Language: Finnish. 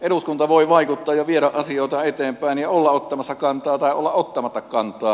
eduskunta voi vaikuttaa ja viedä asioita eteenpäin ja olla ottamassa kantaa tai olla ottamatta kantaa